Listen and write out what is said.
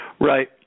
Right